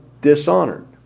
dishonored